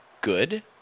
good